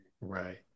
Right